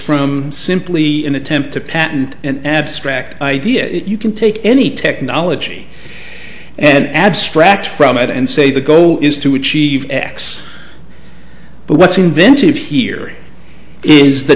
from simply an attempt to patent an abstract idea that you can take any technology and abstract from it and say the goal is to achieve xx but what's invented here is the